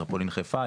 מטרופולין חיפה,